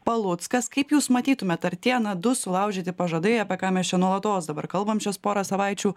paluckas kaip jūs matytumėt ar tie na du sulaužyti pažadai apie ką mes čia nuolatos dabar kalbam šias porą savaičių